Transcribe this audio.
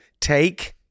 Take